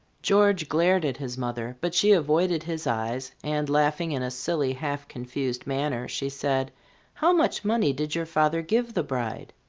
george glared at his mother, but she avoided his eyes, and laughing in a silly, half-confused manner she said how much money did your father give the bride?